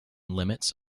limits